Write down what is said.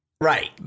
Right